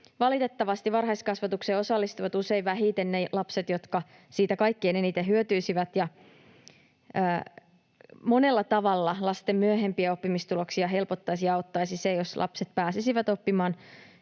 Valitettavasti varhaiskasvatukseen osallistuvat usein vähiten ne lapset, jotka siitä kaikkein eniten hyötyisivät. Lasten myöhempiä oppimistuloksia monella tavalla helpottaisi ja auttaisi se, jos lapset pääsisivät oppimaan